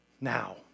now